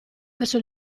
verso